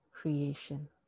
creation